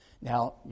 Now